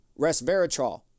resveratrol